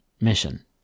Mission